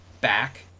back